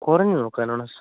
കുറഞ്ഞത് നോക്കാനാണോ